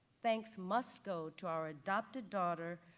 thanks must go to our adopted daughter,